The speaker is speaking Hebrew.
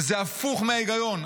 וזה הפוך מההיגיון.